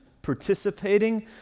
participating